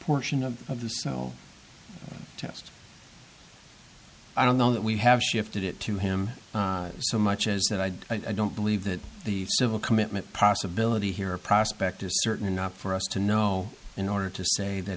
portion of the smell test i don't know that we have shifted it to him so much as that i'd i don't believe that the civil commitment possibility here a prospect is certainly not for us to know in order to say that